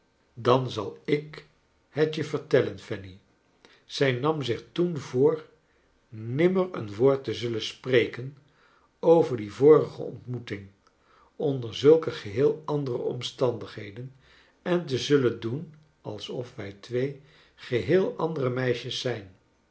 dan zal ik het je vertellen fanny zij nam zich toen voor nimmer een woord te zullen spreken over die vorige ontmoeting onder zulke geheel andere omstandigheden en te zullen doen alsof wij twee geheel andere meisjes zijn